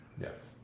Yes